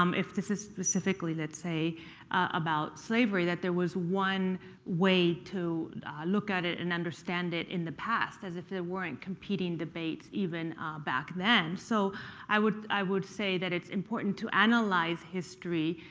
um if this is specifically let's say about slavery, that there was one way to look at it and understand it in the past, as if there weren't competing debates even back then. so i would i would say that it's important to analyze history